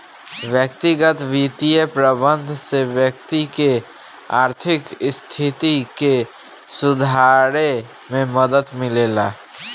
व्यक्तिगत बित्तीय प्रबंधन से व्यक्ति के आर्थिक स्थिति के सुधारे में मदद मिलेला